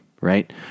right